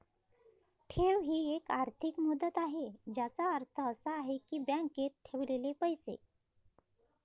ठेव ही एक आर्थिक मुदत आहे ज्याचा अर्थ असा आहे की बँकेत ठेवलेले पैसे